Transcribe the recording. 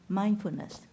mindfulness